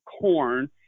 corn